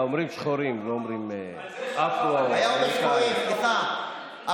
מפה לשם ומשם לפה ואחרי הרבה מאבקים הצליחו